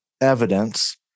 evidence